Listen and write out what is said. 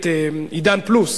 את "עידן פלוס",